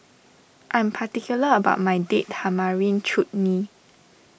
I am particular about my Date Tamarind Chutney